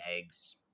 eggs